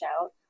out